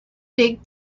big